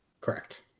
Correct